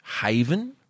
haven